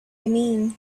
mean